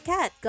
Cat